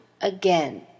again